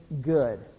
good